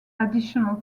additional